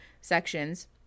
sections